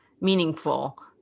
meaningful